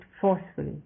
forcefully